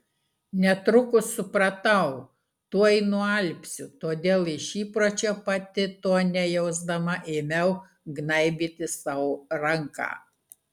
netrukus supratau tuoj nualpsiu todėl iš įpročio pati to nejausdama ėmiau gnaibyti sau ranką